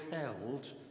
held